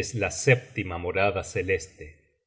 es la sétima morada celeste